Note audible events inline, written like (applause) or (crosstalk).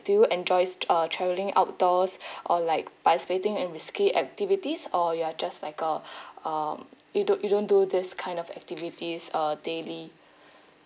do you enjoys uh travelling outdoors (breath) or like participating in risky activities or you are just like a (breath) um you don't you don't do this kind of activities uh daily